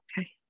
Okay